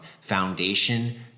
foundation